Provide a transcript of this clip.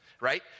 Right